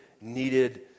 needed